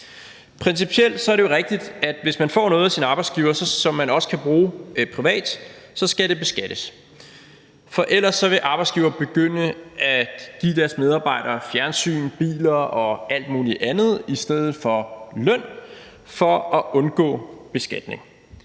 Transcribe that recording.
Principielt er det jo rigtigt, at hvis man får noget af sin arbejdsgiver, som man også kan bruge privat, skal det beskattes, for ellers vil arbejdsgivere begynde at give deres medarbejdere fjernsyn, biler og alt mulig andet i stedet for løn for at undgå beskatning.